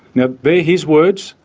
now they're his words,